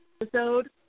episode